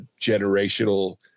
generational